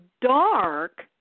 dark